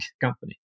company